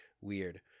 weird